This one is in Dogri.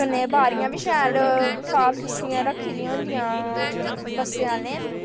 कन्नै बारियां बी शैल साफ सुथरी रक्खी दी होंदियां बस्सें आह्लें